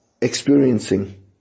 experiencing